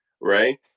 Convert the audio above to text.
right